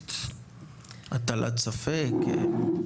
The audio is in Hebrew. הקפיצה